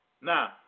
Now